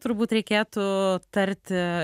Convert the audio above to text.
turbūt reikėtų tarti